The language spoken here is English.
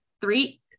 three